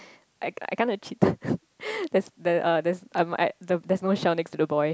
I I kinda cheated there's the uh there's um I there's no shell next to the boy